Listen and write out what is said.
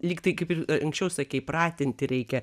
lyg tai kaip ir anksčiau sakei pratinti reikia